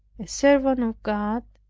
servant of god,